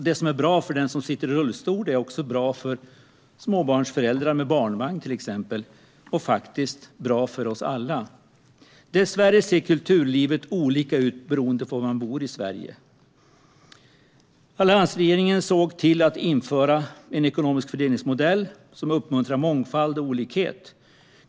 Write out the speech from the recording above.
Det som är bra för den som sitter i rullstol är också bra för till exempel småbarnsföräldrar med barnvagn och faktiskt för oss alla. Kulturlivet ser dessvärre olika ut beroende på var i Sverige man bor. Alliansregeringen såg till att införa en ekonomisk fördelningsmodell som uppmuntrar mångfald och olikhet.